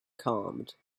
calmed